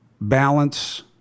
balance